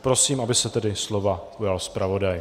Prosím, aby se tedy slova ujal zpravodaj.